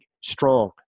strong